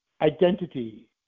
identity